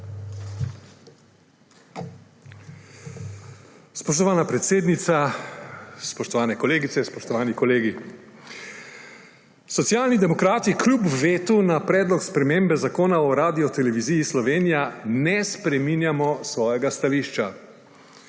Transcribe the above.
Spoštovana predsednica, spoštovane kolegice, spoštovani kolegi! Socialni demokrati kljub vetu na predlog spremembe Zakona o Radioteleviziji Slovenija ne spreminjamo svojega stališča.